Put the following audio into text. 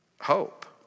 hope